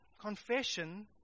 Confession